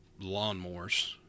lawnmowers